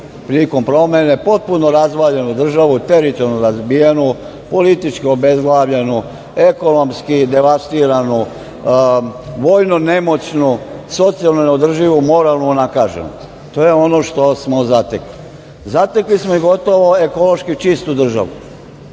prilikom promene potpuno razvaljenu državu, teritorijalno razbijenu, politički obezglavljenu, ekonomski devastiranu, vojno nemoćnu, socijalno neodrživu, moralno unakaženu. To je ono što smo zatekli. Zatekli smo gotovo ekološki čistu državu.